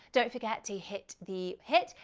don't forget to hit the, hit!